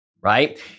right